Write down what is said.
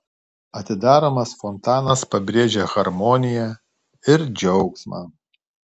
atidaromas fontanas pabrėžia harmoniją ir džiaugsmą